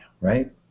right